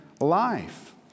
life